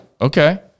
okay